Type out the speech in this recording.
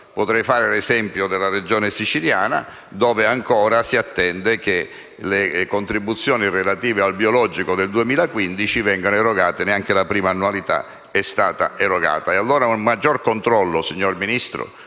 Potrei fare l'esempio della Regione siciliana, dove ancora si attende che le contribuzioni relative al biologico del 2015 vengano erogate: neanche la prima annualità, infatti, è stata erogata. Quindi, signor Vice Ministro,